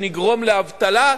שנגרום לאבטלה,